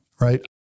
right